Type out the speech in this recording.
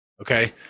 okay